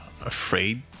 afraid